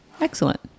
Excellent